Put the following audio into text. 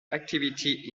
activity